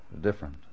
Different